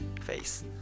face